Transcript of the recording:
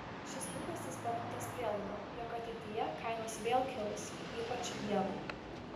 šis lūkestis paremtas prielaida jog ateityje kainos vėl kils ypač jav